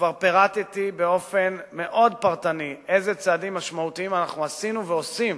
וכבר פירטתי באופן מאוד פרטני איזה צעדים משמעותיים אנחנו עשינו ועושים